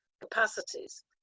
capacities